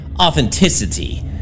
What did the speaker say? authenticity